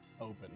open